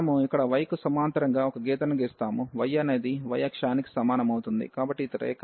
మనము ఇక్కడ y కు సమాంతరంగా ఒక గీతను గీస్తాము y అనేది y అక్షానికి సమానం అవుతుంది కాబట్టి ఇది రేఖ